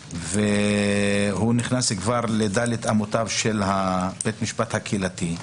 ונכנס לד' אמותיו של בית המשפט הקהילתי,